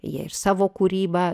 jie ir savo kūrybą